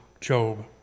Job